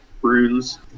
Bruins